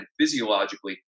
physiologically